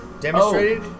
Demonstrated